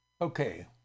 Okay